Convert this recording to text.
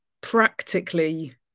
Practically